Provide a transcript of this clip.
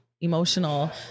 emotional